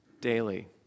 daily